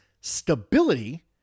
stability